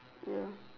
ya